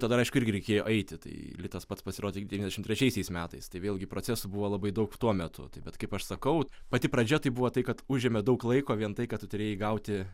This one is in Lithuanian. tada aišku irgi reikėjo eiti tai litas pats pasirodė devyniasdešim trečiaisiais metais tai vėlgi procesų buvo labai daug tuo metu bet kaip aš sakau pati pradžia tai buvo tai kad užėmė daug laiko vien tai kad tu turėjai gauti